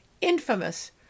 infamous